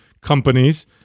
companies